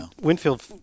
Winfield